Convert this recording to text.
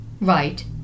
right